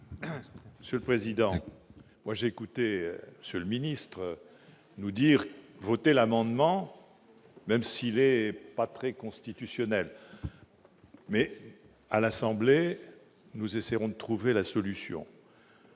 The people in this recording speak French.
Monsieur le président, moi j'ai écouté, Monsieur le Ministre, nous dire voter l'amendement, même s'il est pas très constitutionnels, mais à l'Assemblée, nous essaierons de trouver la solution.